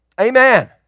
Amen